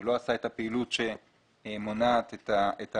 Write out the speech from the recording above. ולא עשה את הפעילות שמונעת את העבירה,